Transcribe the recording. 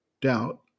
doubt